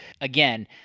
Again